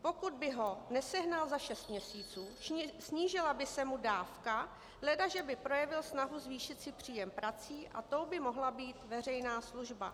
Pokud by ho nesehnal za šest měsíců, snížila by se mu dávka, ledaže by projevil snahu zvýšit si příjem prací a to by mohla být veřejná služba.